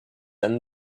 and